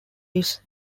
his